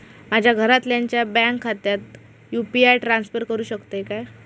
माझ्या घरातल्याच्या बँक खात्यात यू.पी.आय ट्रान्स्फर करुक शकतय काय?